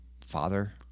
father